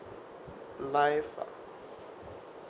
life ah